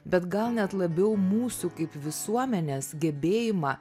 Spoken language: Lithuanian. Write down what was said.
bet gal net labiau mūsų kaip visuomenės gebėjimą